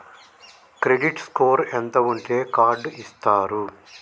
Credit score ఎంత ఉంటే card ఇస్తారు?